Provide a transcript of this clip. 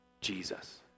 Jesus